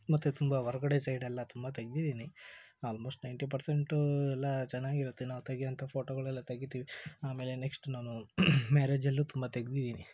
ಮತ್ತು ತುಂಬ ಹೊರಗಡೆ ಸೈಡೆಲ್ಲ ತುಂಬ ತೆಗ್ದಿದ್ದೀನಿ ಆಲ್ಮೋಸ್ಟ್ ನೈಂಟಿ ಪರ್ಸೆಂಟು ಎಲ್ಲ ಚೆನ್ನಾಗಿರುತ್ತೆ ನಾವು ತೆಗೆಯುವಂಥ ಫೋಟೋಗಳೆಲ್ಲ ತೆಗಿತೀವಿ ಆಮೇಲೆ ನೆಕ್ಸ್ಟ್ ನಾನು ಮ್ಯಾರೇಜಲ್ಲೂ ತುಂಬ ತೆಗೆದಿದ್ದೀನಿ